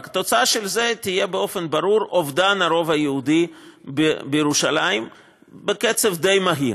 התוצאה של זה תהיה באופן ברור אובדן הרוב היהודי בירושלים בקצב די מהיר.